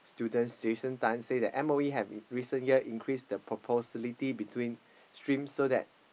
students Jason-Tan say that M_O_E have recently year increased the between stream so that